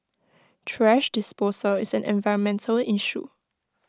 thrash disposal is an environmental issue